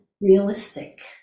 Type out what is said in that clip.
realistic